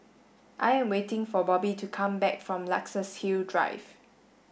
I am waiting for Bobby to come back from Luxus Hill Drive